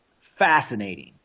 fascinating